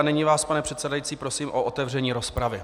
Nyní vás, pane předsedající, prosím o otevření rozpravy.